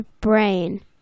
brain